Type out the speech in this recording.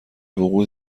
وقوع